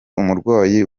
umurwayi